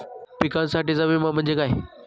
पिकांसाठीचा विमा म्हणजे काय?